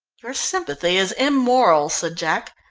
your sympathy is immoral, said jack.